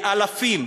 באלפים,